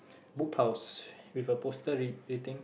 Book House with a poster reading